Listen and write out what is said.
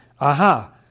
Aha